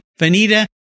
Vanita